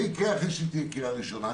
זה יקרה אחרי קריאה ראשונה,